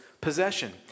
possession